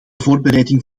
voorbereiding